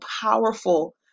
powerful